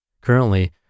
Currently